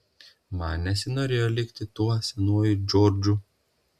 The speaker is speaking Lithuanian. man nesinorėjo likti tuo senuoju džordžu